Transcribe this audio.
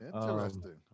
interesting